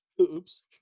Oops